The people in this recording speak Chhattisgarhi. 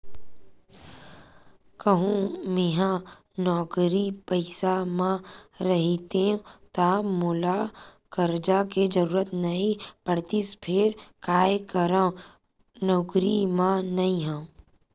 कहूँ मेंहा नौकरी पइसा म रहितेंव ता मोला करजा के जरुरत नइ पड़तिस फेर काय करव नउकरी म नइ हंव